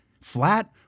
flat